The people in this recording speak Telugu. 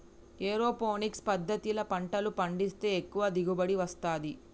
ఏరోపోనిక్స్ పద్దతిల పంటలు పండిస్తే ఎక్కువ దిగుబడి వస్తది